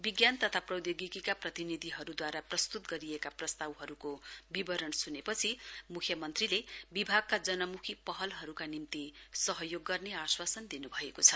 विज्ञान तथा प्रौधोगिकीका प्रतिनिधिहरुद्वारा प्रस्तुत गरिएका प्रस्तावहरुको वितरण सुनेपछि मुख्यमन्त्रीले विभागका जनमुखी पहलहरुका निम्ति सहयोग गर्ने आश्वासन दिनुभएको छ